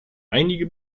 einige